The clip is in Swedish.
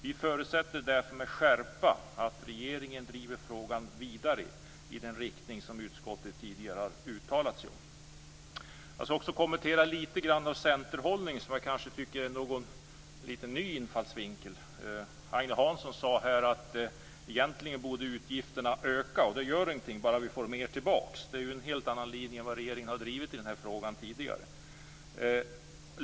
Vi förutsätter därför med skärpa att regeringen driver frågan vidare i den riktning som utskottet tidigare har uttalat sig om. Jag skall också lite grann kommentera den centerhållning som jag tycker är en lite ny infallsvinkel. Agne Hansson sade att utgifterna egentligen borde öka, att det inte gör någonting bara vi får mer tillbaka. Det är en helt annan linje än regeringen har drivit i den här frågan tidigare.